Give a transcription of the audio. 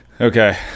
Okay